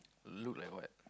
look like what